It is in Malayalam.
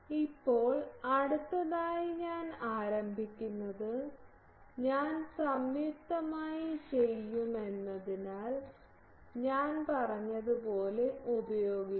ഇപ്പോൾ അടുത്തതായി ഞാൻ ആരംഭിക്കുന്നത് ഞാൻ സംയുക്തമായി ചെയ്യുമെന്നതിനാൽ ഞാൻ പറഞ്ഞതുപോലെ ഉപയോഗിക്കും